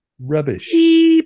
rubbish